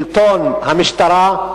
שלטון המשטרה,